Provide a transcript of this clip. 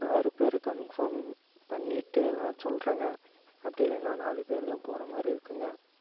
ஆறு பேர் கன்ஃபார்ம் பண்ணிட்டு நான் சொல்கிறாங்க அப்படி இல்லைனா நாலு பேர்தான் போகிற மாதிரி இருக்குதுங்க